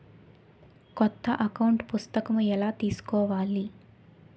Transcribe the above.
కొత్త అకౌంట్ పుస్తకము ఎలా తీసుకోవాలి?